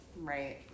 Right